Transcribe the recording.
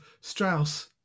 Strauss